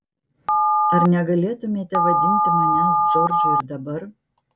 ar negalėtumėte vadinti manęs džordžu ir dabar